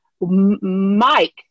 Mike